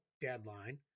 deadline